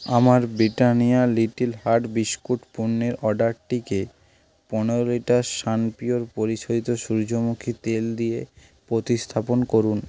আমার Britannia little heart biscuit পণ্যের অর্ডারটিকে পনেরো লিটার সানপিওর পরিশোধিত সূর্যমুখী তেল দিয়ে প্রতিস্থাপন করুন